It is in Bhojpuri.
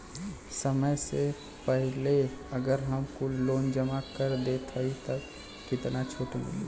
समय से पहिले अगर हम कुल लोन जमा कर देत हई तब कितना छूट मिली?